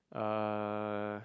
uh